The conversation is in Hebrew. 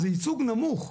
זה ייצוג נמוך.